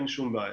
אין שום בעיה.